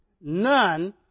none